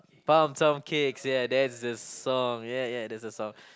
Pumped Up Kicks ya that's the song ya ya that's the song